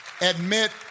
admit